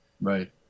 right